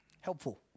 helpful